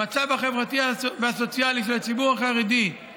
המצב החברתי והסוציאלי של הציבור החרדי זה